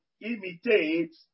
imitate